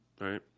right